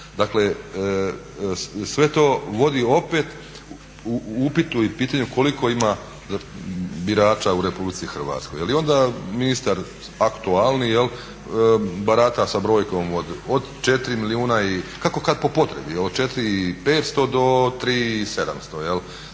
Dakle, sve to vodi opet upitu i pitanju koliko ima birača u RH. Jel i onda ministar aktualni barata sa brojkom od 4 milijuna, kako kad po potrebi, od 4500 do 3700. Tako da